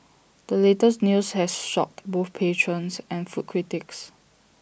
the latest news has shocked both patrons and food critics